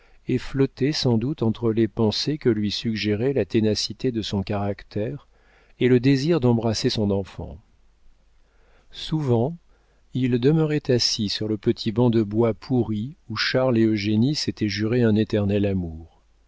et flottait sans doute entre les pensées que lui suggérait la ténacité de son caractère et le désir d'embrasser son enfant souvent il demeurait assis sur le petit banc de bois pourri où charles et eugénie s'étaient juré un éternel amour